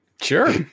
Sure